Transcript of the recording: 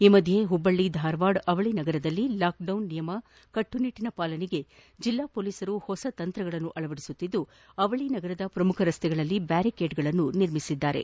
ಈ ಮಧ್ಯೆ ಹುಬ್ಬಳ್ಳಿ ಧಾರವಾಡ ಅವಳಿ ನಗರದಲ್ಲಿ ಲಾಕ್ಡೌನ್ ನಿಯಮ ಕಟ್ಟನಿಟ್ಟನ ಪಾಲನೆಗೆ ಜಿಲ್ಲಾ ಪೊಲೀಸರು ಹೊಸ ತಂತ್ರಗಳನ್ನು ಅಳವಡಿಸುತ್ತಿದ್ದು ಅವಳಿ ನಗರದ ಶ್ರಮುಖ ರಸ್ತೆಗಳಲ್ಲಿ ಬ್ಯಾರಿಕೇಡ್ಗಳನ್ನು ನಿರ್ಮಿಸಿದ್ದಾರೆ